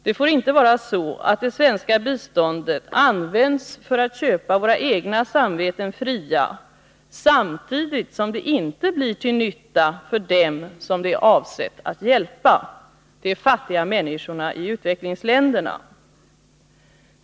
Det får inte vara så, att det svenska biståndet används för att köpa våra egna samveten fria samtidigt som det inte blir till nytta för dem som det är avsett att hjälpa: de fattiga människorna i utvecklingsländerna.